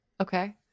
okay